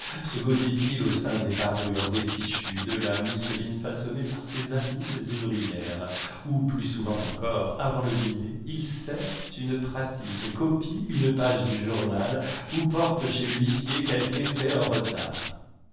se gaudit au sein des parures des fichus de la mousseline façonnée par ces habiles ouvrières ou plus souvent encore avant de dîner il sert une pratique copie une page du journal ou porte chez l'huissier quelque effet en retard